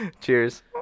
Cheers